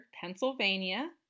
Pennsylvania